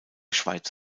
schweiz